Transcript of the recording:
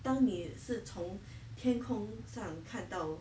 当你是从天空上看到